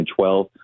2012